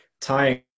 tying